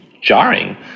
jarring